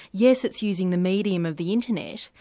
yes, it's using the medium of the internet,